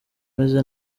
umeze